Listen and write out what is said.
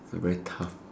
it's a very tough